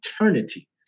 eternity